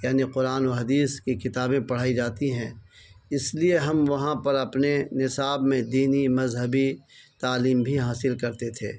یعنی قرآن و حدیث کی کتابیں پڑھائی جاتی ہیں اس لیے ہم وہاں پر اپنے نصاب میں دینی مذہبی تعلیم بھی حاصل کرتے تھے